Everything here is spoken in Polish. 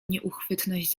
nieuchwytność